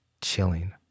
chilling